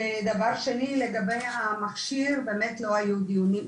דבר שני לגבי המכשיר באמת לא היו דיונים,